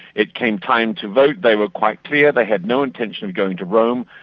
it came time to vote they were quite clear they had no intention going to rome,